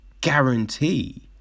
guarantee